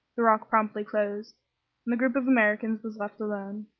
the rock promptly closed, and the group of americans was left alone.